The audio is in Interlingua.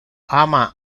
ama